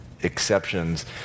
exceptions